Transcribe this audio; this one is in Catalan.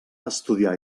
estudiar